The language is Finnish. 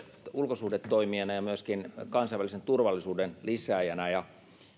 ulkosuhdetoimijana ja myöskin kansainvälisen turvallisuuden lisääjänä jos